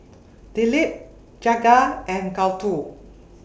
Dilip Jagat and Gouthu